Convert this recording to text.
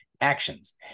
actions